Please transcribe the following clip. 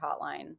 hotline